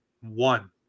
one